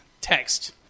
text